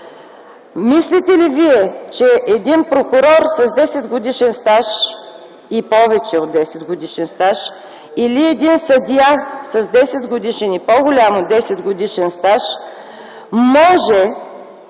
Мислите ли вие, че един прокурор с 10-годишен стаж и с повече от 10-годишен стаж, или един съдия с 10-годишен стаж и по-голям от 10-годишен стаж, може